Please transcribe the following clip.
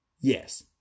Yes